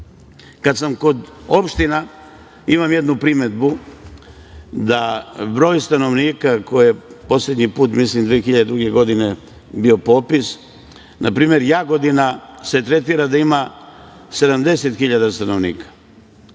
sam kod opština imam jednu primedbu da broj stanovnika za koji je poslednji put, mislim, 2002. godine bio popis na primer Jagodina se tretira da ima 70 hiljada stanovnika,